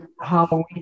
Halloween